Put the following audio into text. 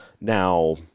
Now